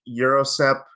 Eurosep